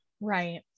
Right